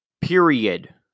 period